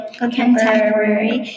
contemporary